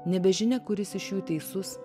nebežinia kuris iš jų teisus